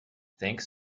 thanks